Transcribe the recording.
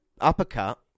uppercut